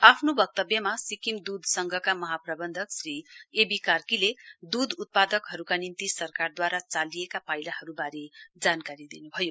आफ्नो वक्तव्यमा सिक्किम दूध संघका महाप्रवन्धक श्री ए बी कार्कीले दूध उत्पादकहरुका निम्ति सरकारदूवारा चालिएका पाइलाहरुवारे जानकारी दिनुभयो